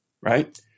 Right